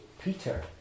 Peter